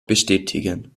bestätigen